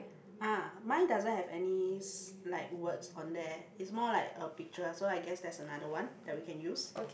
ah my doesn't have any s~ like words on there it's more like a picture so I guess that's another one that we can use